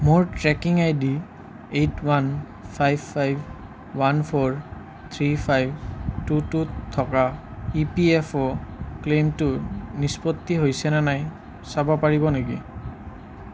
মোৰ tracking I D eight one five five one four three five two two থকা E P F O ক্লেইমটো নিষ্পত্তি হৈছেনে নাই চাব পাৰিব নেকি